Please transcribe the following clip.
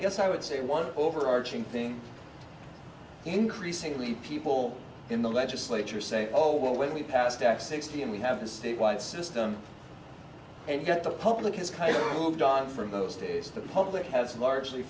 guess i would say one overarching thing increasingly people in the legislature say oh well when we passed back sixty and we have a statewide system and get the public has kaiser moved on from those states the public has largely